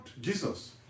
Jesus